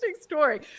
story